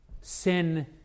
Sin